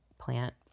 plant